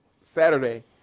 Saturday